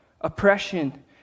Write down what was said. oppression